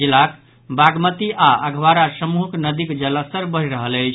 जिलाक बागमती आओर अधवारा समूहक नदीक जलस्तर बढ़ि रहल अछि